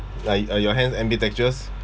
like are your hands ambidextrous